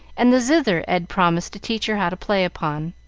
and the zither ed promised to teach her how to play upon.